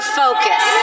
focus